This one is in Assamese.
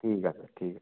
ঠিক আছে ঠিক